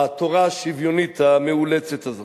התורה השוויונית המאולצת הזאת.